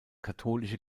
katholische